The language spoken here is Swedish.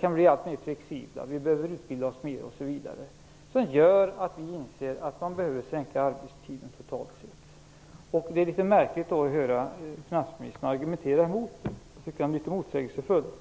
kan bli mer flexibla, behöver utbilda oss mer osv. - som gör att vi inser att man behöver sänka arbetstiden totalt sett. Det är då litet märkligt att höra finansministern argumentera emot detta. Jag tycker att det är litet motsägelsefullt.